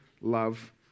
love